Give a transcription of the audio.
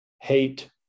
Hate